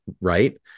right